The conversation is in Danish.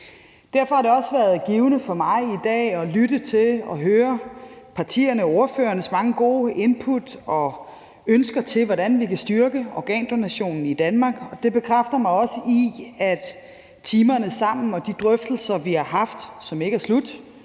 Derfor har det også været givende for mig i dag at lytte til og høre partiernes og ordførernes mange gode input og ønsker til, hvordan vi kan styrke organdonationen i Danmark. Det bekræfter mig også i, at timerne sammen og de drøftelser, vi har haft, som ikke er slut,